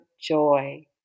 joy